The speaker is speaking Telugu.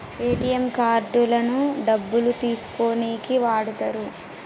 ఏటీఎం కార్డులను డబ్బులు తీసుకోనీకి వాడతరు